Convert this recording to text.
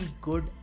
good